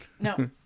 no